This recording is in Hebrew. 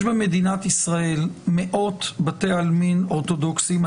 יש במדינת ישראל מאות בתי עלמין אורתודוקסים.